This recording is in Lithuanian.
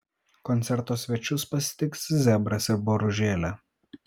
koncerto svečius pasitiks zebras ir boružėlė